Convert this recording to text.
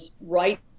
right